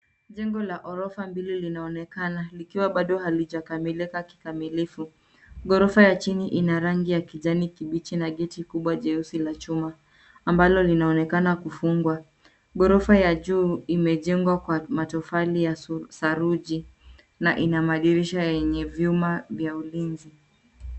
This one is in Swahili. Jengo la ghorofa mbili linaonekana, likiwa bado halijakamilika kikamilifu. Ghorofa ya chini ina rangi ya kijani kibichi na geti kubwa jeusi la chuma ambalo linaonekana kufungwa. Ghorofa ya juu imejengwa kwa matofali ya saruji na ina madirisha yenye vyuma vya ulinzi.